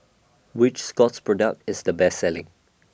Which Scott's Product IS The Best Selling